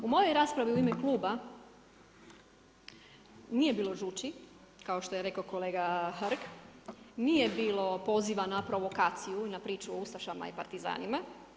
U mojoj raspravi u ime kluba nije bilo žući kao što je rekao kolega Hrg, nije bilo poziva na provokaciju i na priču o ustašama i partizanima.